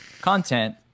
content